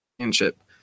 championship